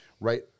right